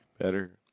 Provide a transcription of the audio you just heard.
better